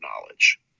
knowledge